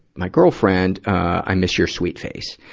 my girlfriend, ah, i miss your sweet face.